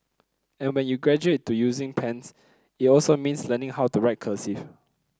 and when you graduate to using pens it also means learning how to write cursive